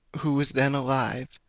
who was then alive,